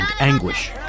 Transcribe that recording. anguish